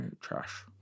Trash